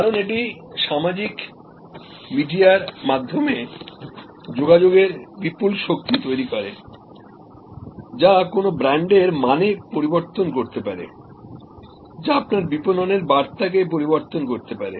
কারণ এটি সামাজিক মিডিয়ার মাধ্যমে যোগাযোগের কমিউনিকেশনবিপুল শক্তি তৈরি করে যা কোনও ব্র্যান্ডের মানে পরিবর্তন করতে পারে যা আপনার বিপণনের বার্তাকে পরিবর্তন করতে পারে